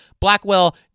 Blackwell